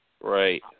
Right